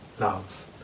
love